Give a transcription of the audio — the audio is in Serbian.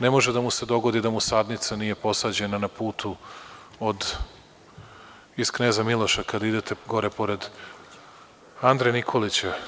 Ne može da mu se dogodi da mu sadnica nije posađena na putu iz Kneza Miloša kada idete gore pode Andre Nikolića.